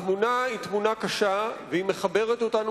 התמונה היא תמונה קשה והיא מחברת אותנו